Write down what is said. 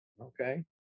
Okay